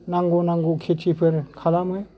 नांगौ नांगौ खेथिफोर खालामो